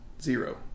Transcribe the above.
Zero